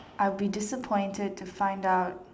I'll be disappointed to find out